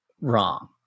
wrong